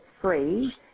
free